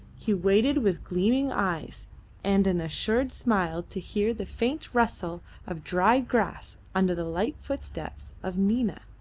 he waited with gleaming eyes and an assured smile to hear the faint rustle of dried grass under the light footsteps of nina.